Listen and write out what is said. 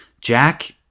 Jack